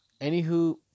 Anywho